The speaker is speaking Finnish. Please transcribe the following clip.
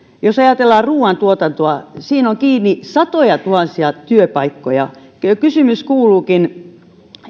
jos ajatellaan ruuantuotantoa siinä on kiinni satojatuhansia työpaikkoja kysymys kuuluukin kun